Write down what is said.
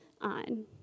on